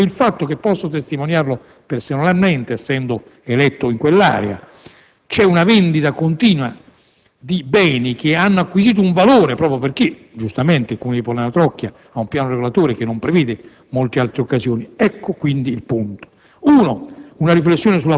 a stare su questo terreno. C'è un fatto che posso testimoniare personalmente, essendo stato eletto in quell'area: c'è una continua vendita di beni che hanno acquisito un valore perché, giustamente, il Comune di Pollena Trocchia ha un piano regolatore che non prevede molte altre occasioni. In primo luogo